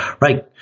Right